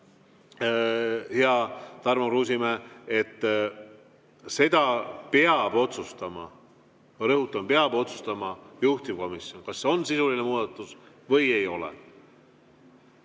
hea Tarmo Kruusimäe, et seda peab otsustama – ma rõhutan, peab otsustama – juhtivkomisjon, kas see on sisuline muudatus või ei ole.